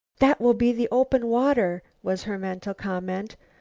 that will be the open water, was her mental comment.